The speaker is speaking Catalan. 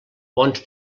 bons